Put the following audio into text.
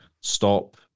stop